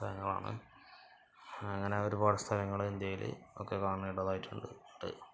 സ്ഥലങ്ങളാണ് അങ്ങനെ ഒരുപാട് സ്ഥലങ്ങൾ ഇന്ത്യൽ ഒക്കെ കാണേണ്ടതായിട്ടുണ്ട്